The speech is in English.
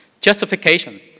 Justifications